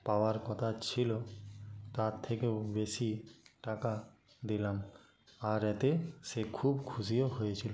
পাওয়ার কথা ছিল তার থেকেও বেশি টাকা দিলাম আর এতে সে খুব খুশিও হয়েছিল